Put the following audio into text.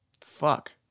Fuck